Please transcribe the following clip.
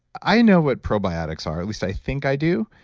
i know what probiotics are. at least i think i do,